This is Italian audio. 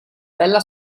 bella